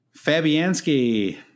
Fabianski